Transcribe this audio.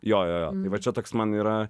jo jo jo va čia toks man yra